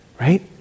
right